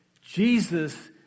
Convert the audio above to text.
Jesus